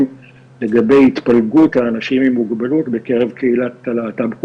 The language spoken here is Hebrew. לגבי התפלגות אנשים עם מוגבלות בקרב קהילת הלהט"בק